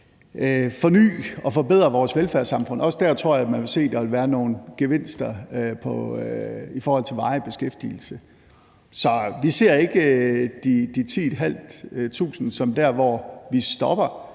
forny og forbedre vores velfærdssamfund, og jeg tror, at der også der vil være nogle gevinster i forhold til varig beskæftigelse. Så vi ser ikke de 10.500, som et antal, vi stopper